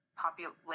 Population